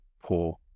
poor